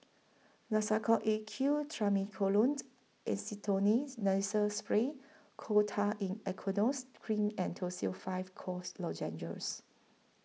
Nasacort A Q Triamcinolone Acetonide Nasal Spray Coal Tar in Aqueous Cream and Tussils five Cough Lozenges